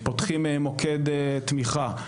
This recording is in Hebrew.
פותחים מוקד תמיכה.